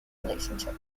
relationship